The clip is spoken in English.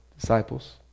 disciples